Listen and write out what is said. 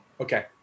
okay